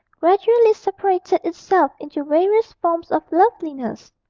gradually separated itself into various forms of loveliness.